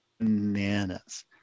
bananas